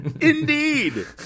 indeed